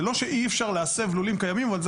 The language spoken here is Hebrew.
זה לא שאי אפשר להסב לולים קיימים אבל זה